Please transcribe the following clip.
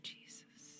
Jesus